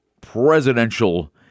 presidential